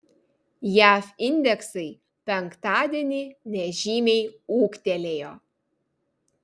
jav indeksai penktadienį nežymiai ūgtelėjo